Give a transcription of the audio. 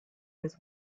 his